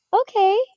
Okay